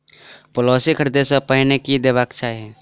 Policy खरीदै सँ पहिने की देखबाक चाहि?